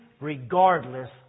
regardless